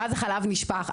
ואז החלב נשפך.